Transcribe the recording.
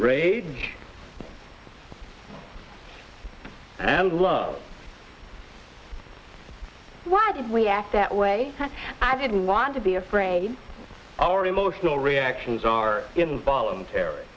rage and lo why did we act that way i didn't want to be afraid our emotional reactions are involuntary